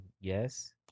yes